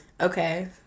Okay